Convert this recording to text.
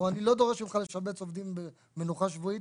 או אני לא דורש ממך לשבץ עובדים במנוחה שבועית.